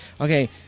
Okay